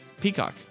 Peacock